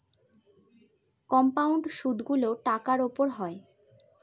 compound সুদগুলো টাকার উপর হয়